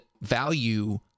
value